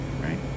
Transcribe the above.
right